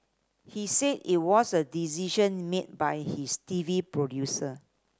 he said it was a decision made by his T V producer